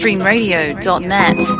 streamradio.net